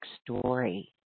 story